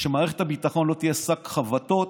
שמערכת הביטחון לא תהיה שק חבטות